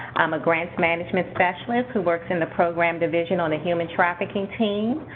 i'm a grants management specialist who works in the program division on the human trafficking team.